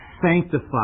Sanctify